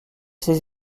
ses